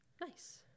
Nice